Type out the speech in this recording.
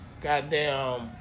goddamn